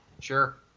Sure